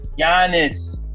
Giannis